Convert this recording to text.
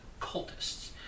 cultists